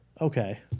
Okay